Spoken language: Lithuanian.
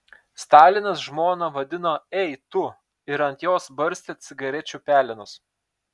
stalinas žmoną vadino ei tu ir ant jos barstė cigarečių pelenus